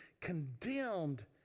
condemned